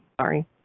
Sorry